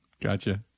Gotcha